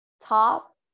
top